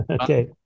Okay